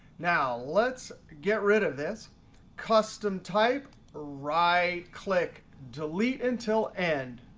now let's get rid of this custom type right click delete until and